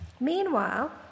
Meanwhile